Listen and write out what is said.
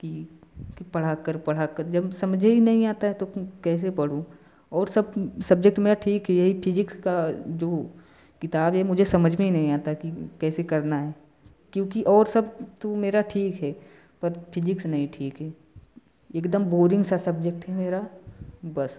कि कि पढ़ा कर पढ़ा कर जब समझ ए नहीं आता है तो कैसे पढ़ूँ और सब सब्जेक्ट मेरा ठीक है यही फिजिक्स का जो किताब ये मुझे समझ में ही नहीं आता कि कैसे करना है क्योंकि और सब तो मेरा ठीक है पर फिजिक्स नहीं ठीक है एकदम बोरिंग सा सब्जेक्ट है मेरा बस